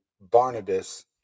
Barnabas